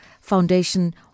Foundation